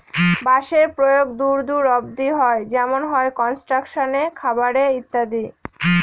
বাঁশের প্রয়োগ দূর দূর অব্দি হয় যেমন হয় কনস্ট্রাকশনে, খাবারে ইত্যাদি